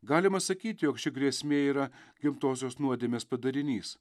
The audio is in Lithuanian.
galima sakyti jog ši grėsmė yra gimtosios nuodėmės padarinys